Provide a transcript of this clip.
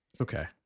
Okay